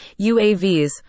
UAVs